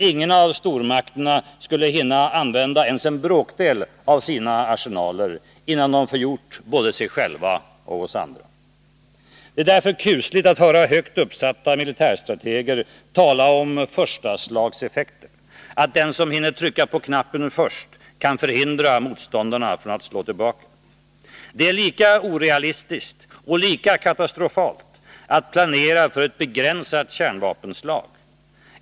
Ingen av stormakterna skulle hinna använda ens bråkdelen av sina arsenaler innan de förgjort både sig själva och oss andra. Det är därför kusligt att höra högt uppsatta militärstrateger tala om ”första-slags-effekter”, att den som hinner trycka på knappen först kan hindra motståndaren att slå tillbaka. Det är lika orealistiskt och lika katastrofalt att planera för ett begränsat kärnvapenslag.